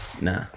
nah